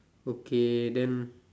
okay then